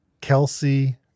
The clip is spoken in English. Kelsey